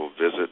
visit